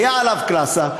הייתה עליו קלאסה,